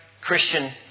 Christian